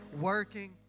working